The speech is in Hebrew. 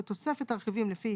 ובתוספת הרכיבים לפי